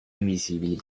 invisibili